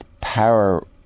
power